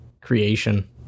creation